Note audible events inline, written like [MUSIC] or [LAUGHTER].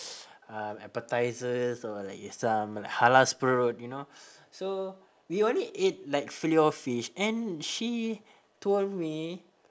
[NOISE] um appetisers or like some halal you know so we only ate like filet-O-fish and she told me